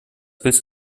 willst